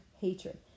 hatred